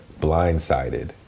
Blindsided